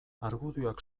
argudioak